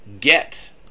get